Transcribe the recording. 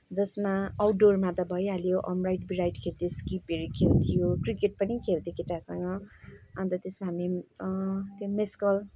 जसमा आउटडोरमा त भइहाल्यो अमराइड ब्राइड खेल्थ्यौँ स्किपहरू खेल्थ्यौँ क्रिकेट पनि खेल्थ्यौँ केटाहरूसँग अन्त त्यसमा पनि त्यो म्यासकोल